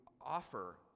offer